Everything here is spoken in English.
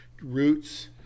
roots